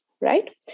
Right